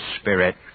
Spirit